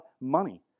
money